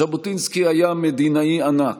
ז'בוטינסקי היה מדינאי ענק,